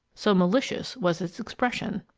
so malicious was its expression!